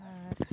ᱟᱨ